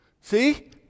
See